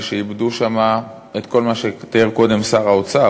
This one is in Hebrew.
שאיבדו שם את כל מה שתיאר קודם שר האוצר,